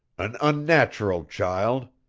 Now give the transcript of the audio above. an unnatural child!